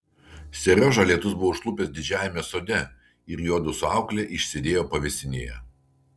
seriožą lietus buvo užklupęs didžiajame sode ir juodu su aukle išsėdėjo pavėsinėje